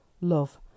Love